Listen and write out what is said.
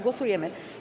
Głosujemy.